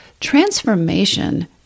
transformation